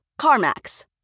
CarMax